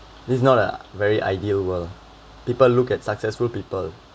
this is not a very ideal world people look at successful people